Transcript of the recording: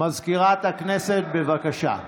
מזכירת הכנסת, בבקשה.